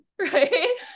right